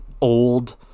old